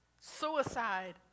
Suicide